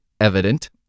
evident